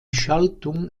schaltung